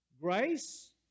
grace